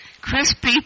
Crispy